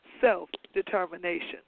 self-determination